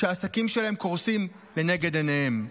שהעסקים שלהם קורסים לנגד עיניהם?